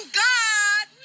god